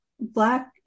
Black